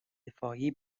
دفاعی